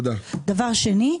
דבר שני,